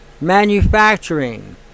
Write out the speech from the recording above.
manufacturing